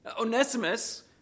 Onesimus